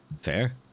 Fair